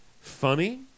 Funny